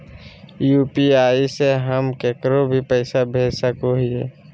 UPI से हम केकरो भी पैसा भेज सको हियै?